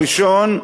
הראשון,